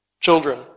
children